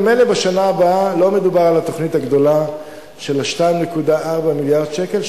ממילא בשנה הבאה לא מדובר על התוכנית הגדולה של 2.4 מיליארד השקל,